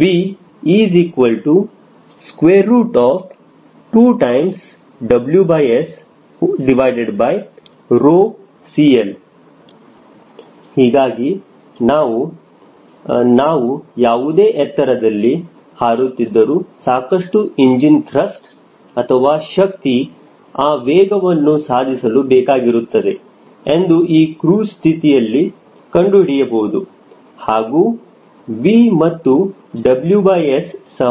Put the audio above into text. V2 CL ಹೀಗಾಗಿ ನಾವು ನಾವು ಯಾವುದೇ ಎತ್ತರದಲ್ಲಿ ಹಾರುತ್ತಿದ್ದರು ಸಾಕಷ್ಟು ಇಂಜಿನ್ ತ್ರಸ್ಟ್ ಅಥವಾ ಶಕ್ತಿ ಆ V ವೇಗವನ್ನು ಸಾಧಿಸಲು ಬೇಕಾಗಿರುತ್ತದೆ ಎಂದು ಈ ಕ್ರೂಜ್ ಸ್ಥಿತಿಯಿಂದ ಕಂಡುಹಿಡಿಯಬಹುದು ಹಾಗೂ V ಮತ್ತು WS ಸಮಾನ ಅನುಪಾತದಲ್ಲಿ ಇರುತ್ತವೆ